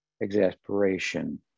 exasperation